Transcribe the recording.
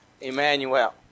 Emmanuel